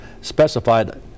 specified